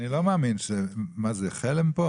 אני לא מאמין שמה זה, חרם פה?